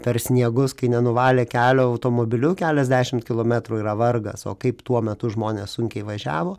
per sniegus kai nenuvalė kelio automobiliu keliasdešimt kilometrų yra vargas o kaip tuo metu žmonės sunkiai važiavo